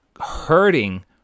hurting